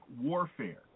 warfare